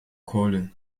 kohle